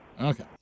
Okay